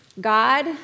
God